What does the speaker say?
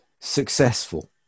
successful